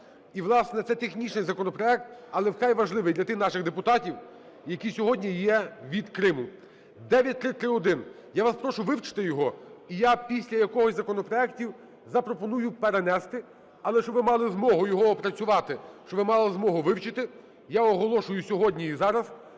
І, власне, це технічний законопроект, але вкрай важливий для тих наших депутатів, які сьогодні є від Криму. 9331. Я вас прошу вивчити його і я після якогось з законопроектів запропоную перенести. Але, щоб ви мали змогу його опрацювати, щоб ви мали змогу вивчити, я оголошую сьогодні і зараз,